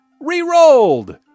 re-rolled